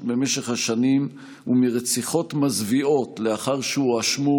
במשך השנים ומרציחות מזוויעות לאחר שהואשמו,